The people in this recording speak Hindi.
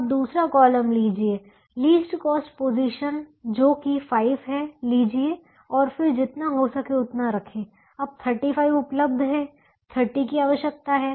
अब दूसरा कॉलम लीजिए लीस्ट कॉस्ट पोजीशन जो की 5 है लीजिए और फिर जितना हो सके उतना रखें अब 35 उपलब्ध है 30 की आवश्यकता है